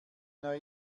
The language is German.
neu